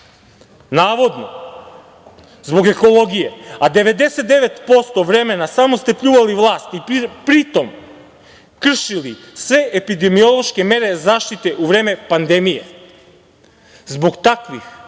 navodno zbog ekologije, a 99% vremena samo ste pljuvali vlast i pri tom kršili sve epidemiološke mere zaštite u vreme pandemije. Zbog takvih